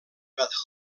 badajoz